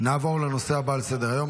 נעבור לנושא הבא על סדר-היום,